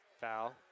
foul